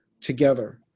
together